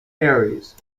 aires